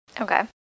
Okay